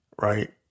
right